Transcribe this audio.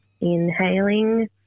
inhaling